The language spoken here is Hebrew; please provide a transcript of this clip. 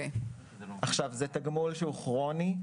זה תגמול שהוא כרוני,